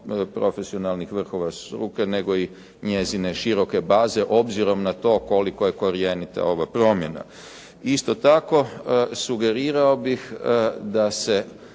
profesionalnih vrhova struke, nego i njezine široke baze, obzirom na to koliko je korjenita ova promjena. Isto tako sugerirao bih da se